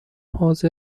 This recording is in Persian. حاضر